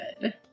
good